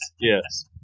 yes